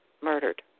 murdered